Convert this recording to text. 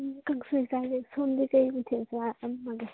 ꯎꯝ ꯀꯥꯡꯁꯣꯏ ꯆꯥꯔꯦ ꯁꯣꯃꯗꯤ ꯀꯔꯤ ꯃꯊꯦꯜ ꯆꯥꯔꯝꯃꯒꯦ